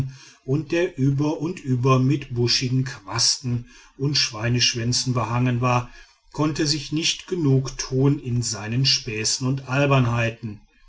und der über und über mit buschigen quasten und schweineschwänzen behangen war konnte sich nicht genug tun in seinen späßen und albernheiten